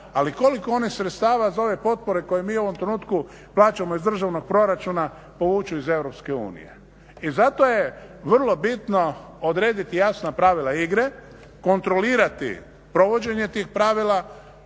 ali koliko oni sredstava za ove potpore koje mi u ovom trenutku plaćamo iz državnog proračuna povuku iz EU? I zato je vrlo bitno odrediti jasna pravila igre, kontrolirati provođenje tih pravila